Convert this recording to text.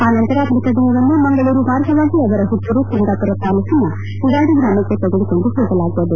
ಆ ನಂತರ ಮೃತ ದೇಹವನ್ನು ಮಂಗಳೂರು ಮಾರ್ಗವಾಗಿ ಅವರ ಹುಟ್ಟೂರು ಕುಂದಾಪುರ ತಾಲೂಕಿನ ಯಡಾಡಿ ಗ್ರಾಮಕ್ಕೆ ತೆಗೆದುಕೊಂಡು ಹೋಗಲಾಗುವುದು